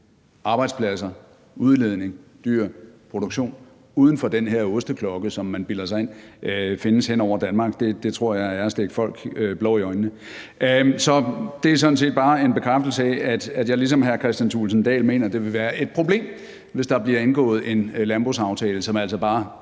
arbejdspladser, udledning, dyr, produktion uden for den her osteklokke, som man bilder sig ind findes over Danmark, tror jeg er at stikke folk blår i øjnene. Så det er sådan set bare en bekræftelse af, at jeg ligesom hr. Kristian Thulesen Dahl mener, det vil være et problem, hvis der bliver indgået en landbrugsaftale, som altså bare